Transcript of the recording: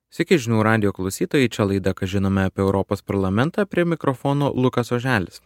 sveiki žinių radijo klausytojai čia laida ką žinome apie europos parlamentą prie mikrofono lukas oželis